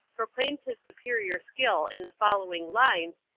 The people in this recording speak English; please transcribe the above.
proclaims his superior skill in the following lines,